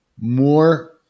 more